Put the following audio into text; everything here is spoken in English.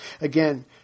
Again